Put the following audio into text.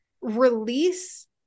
release